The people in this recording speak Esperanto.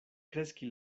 kreski